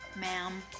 ma'am